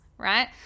right